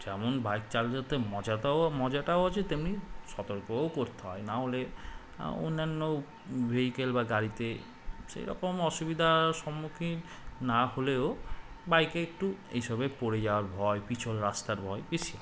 যেমন বাইক চাল যেতে মজাটাও মজাটাও আছে তেমনি সতর্কও করতে হয় নাহলে অন্যান্য ভেহিকেল বা গাড়িতে সেই রকম অসুবিধার সম্মুখীন না হলেও বাইকে একটু এইসবে পড়ে যাওয়ার ভয় পিছল রাস্তার ভয় বেশি